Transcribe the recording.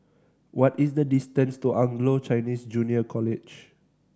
what is the distance to Anglo Chinese Junior College